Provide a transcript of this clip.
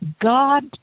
God